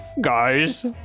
Guys